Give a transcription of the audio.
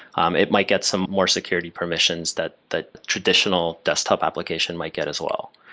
um it might get some more security permissions that the traditional desktop application might get as well.